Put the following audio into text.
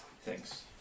Thanks